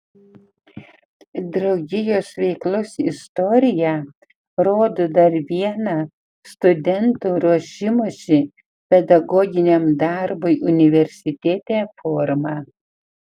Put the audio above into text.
draugijos veiklos istorija rodo dar vieną studentų ruošimosi pedagoginiam darbui universitete formą